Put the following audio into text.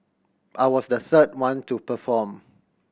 I was the third one to perform